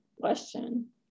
question